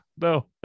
no